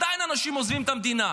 עדיין אנשים עוזבים את המדינה.